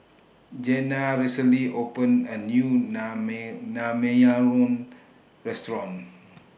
Jenna recently opened A New Naengmyeon Restaurant